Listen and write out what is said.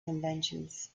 conventions